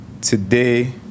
Today